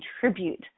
contribute